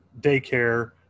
daycare